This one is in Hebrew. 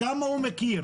כמה הוא מכיר